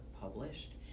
published